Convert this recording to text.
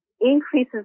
increases